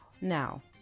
Now